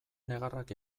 negarrak